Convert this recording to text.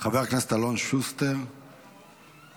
חבר הכנסת אלון שוסטר, בבקשה.